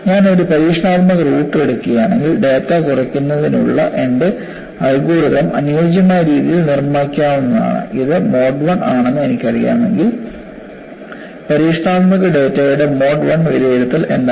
ഞാൻ ഒരു പരീക്ഷണാത്മക റൂട്ട് എടുക്കുകയാണെങ്കിൽ ഡാറ്റ കുറയ്ക്കുന്നതിനുള്ള എന്റെ അൽഗോരിതം അനുയോജ്യമായ രീതിയിൽ നിർമ്മിക്കാവുന്നതാണ് ഇത് മോഡ് 1 ആണെന്ന് എനിക്കറിയാമെങ്കിൽ പരീക്ഷണാത്മക ഡാറ്റയുടെ മോഡ് 1 വിലയിരുത്തൽ എന്താണ്